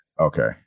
Okay